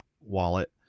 wallet